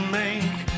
make